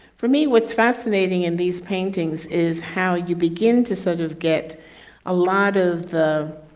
for me, what's fascinating in these paintings is how you begin to sort of get a lot of the